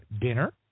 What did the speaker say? dinner